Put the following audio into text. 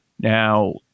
Now